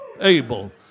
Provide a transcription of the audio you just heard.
able